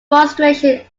frustration